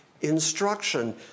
instruction